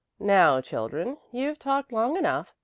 now children, you've talked long enough.